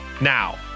Now